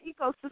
ecosystem